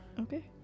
Okay